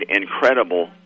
incredible